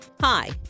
Hi